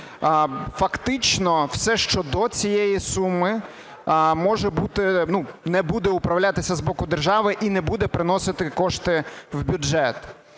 Фактично все, що до цієї суми, не буде управлятися з боку держави і не буде приносити кошти в бюджет.